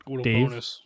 Dave